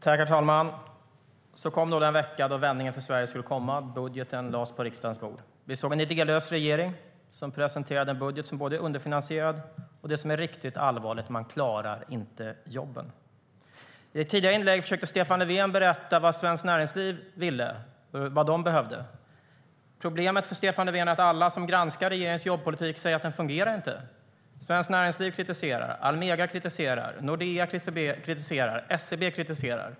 Herr talman! Så kom den vecka då vändningen för Sverige skulle komma. Budgeten lades på riksdagens bord. Vi såg en idélös regering som presenterade en budget som är underfinansierad, och, vilket är riktigt allvarligt, man klarar inte jobben. I ett tidigare inlägg försökte Stefan Löfven berätta vad Svenskt Näringsliv ville, vad de behövde. Problemet för Stefan Löfven är att alla som granskar regeringens jobbpolitik säger att den inte fungerar. Svenskt Näringsliv kritiserar, Almega kritiserar, Nordea kritiserar, SEB kritiserar.